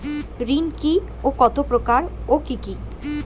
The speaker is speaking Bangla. ঋণ কি ও কত প্রকার ও কি কি?